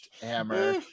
hammer